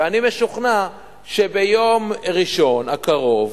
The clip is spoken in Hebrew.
ואני משוכנע שביום הראשון הקרוב,